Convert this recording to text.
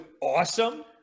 awesome